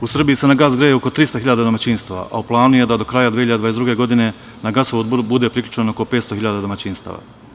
U Srbiji se na gas greje oko 300 hiljada domaćinstava, a u planu je da do kraja 2022. godine na gasovod bude priključeno oko 500 hiljada domaćinstava.